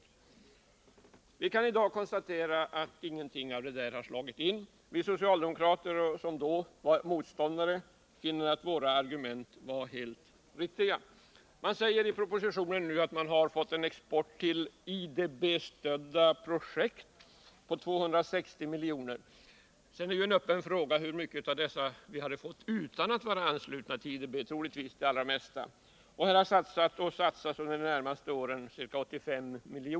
Men vi kan i dag konstatera att ingenting av detta har förverkligats. Vi socialdemokrater — som var motståndare till en anslutning i banken — finner nu att våra bedömningar var helt riktiga. I propositionen sägs det att vi fått en export till IDB-stödda projekt på 260 milj.kr. Sedan är det en öppen fråga hur mycket vi skulle ha fått exportera utan att vara anslutna till IDB — troligtvis det allra mesta. Här har man bundit sig för insatser på ca 85 milj.kr. för de närmaste åren.